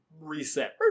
reset